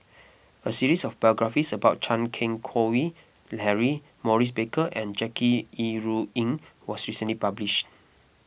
a series of biographies about Chan Keng Howe Harry Maurice Baker and Jackie Yi Ru Ying was recently published